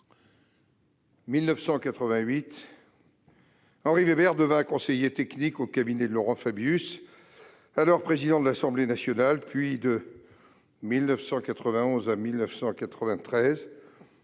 1988, Henri Weber devint conseiller technique au cabinet de Laurent Fabius, alors président de l'Assemblée nationale. De 1991 à 1993,